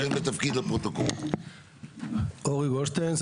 אורי גולדשטיין,